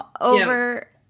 over